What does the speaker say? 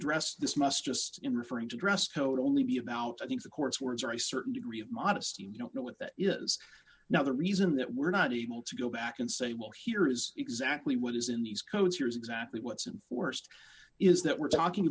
address this must just in referring to dress code only be about i think the course words or a certain degree of modesty you don't know what that is now the reason that we're not able to go back and say well here is exactly what is in these codes here is exactly what's in force is that we're talking